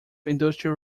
industrial